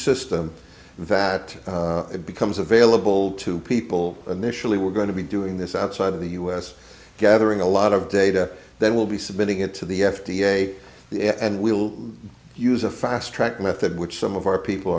system that becomes available to people initially were going to be do and this outside of the us gathering a lot of data that will be submitting it to the f d a and we'll use a fast track method which some of our people